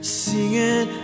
singing